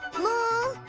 moo!